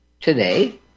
today